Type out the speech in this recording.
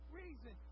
reason